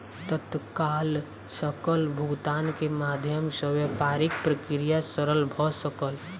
तत्काल सकल भुगतान के माध्यम सॅ व्यापारिक प्रक्रिया सरल भ सकल